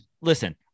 listen